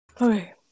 Okay